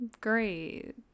Great